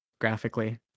graphically